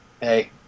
Hey